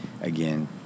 again